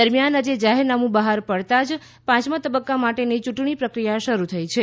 દરમિયાન આજે જાહેરનામું બહાર પડતાં જ પાંચમા તબક્કા માટેની યુંટણી પ્રક્રિયા શરૂ થઈ છે